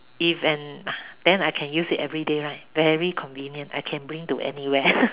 if and then I can use it everyday right very convenient I can bring to anywhere